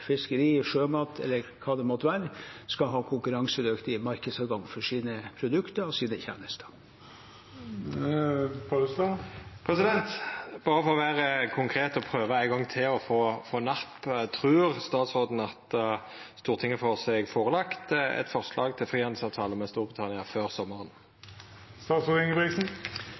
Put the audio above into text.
fiskeri og sjømat eller hva det måtte være, skal ha konkurransedyktig markedsadgang for sine produkter og sine tjenester. Berre for å vera konkret og prøva ein gong til å få napp: Trur statsråden at Stortinget vil få lagt fram for seg eit forslag til frihandelsavtale med Storbritannia før